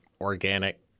organic